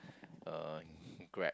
uh Grab